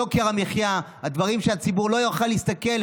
יוקר המחיה, הדברים שהציבור לא יכול להסתכל.